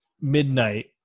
midnight